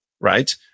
right